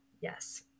Yes